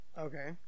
Okay